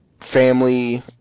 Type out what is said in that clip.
family